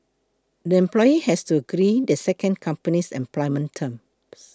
the employee has to agree the second company's employment terms